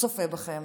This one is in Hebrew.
שצופה בכם